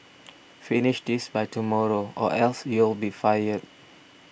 finish this by tomorrow or else you'll be fired